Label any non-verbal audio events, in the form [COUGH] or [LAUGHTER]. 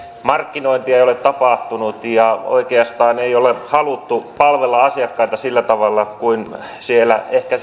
markkinointia ei ole tapahtunut ja oikeastaan ei ole haluttu palvella asiakkaita sillä tavalla kuin siellä ehkä [UNINTELLIGIBLE]